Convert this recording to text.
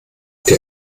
der